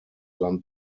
land